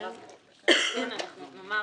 נאמר